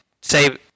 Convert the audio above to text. say